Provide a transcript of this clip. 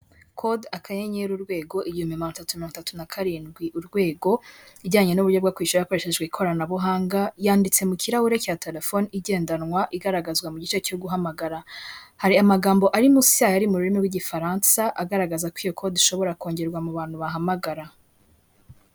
Kode , akanyenyeri, urwego igihumbi magana atatu na mirongo itatu na karindwi, urwego ijyanye n'uburyo bwo kwishyura hakoreshejwe ikoranabuhanga yanditse mu kirahure cya terefone igendanwa ,igaragazwa mu gice cyo guhamagara hari amagambo ari mu munsi yayo ari mu rurimi rw'igifaransa agaragaza ko iyo kode ishobora kongerwa mu bantu bahamagara.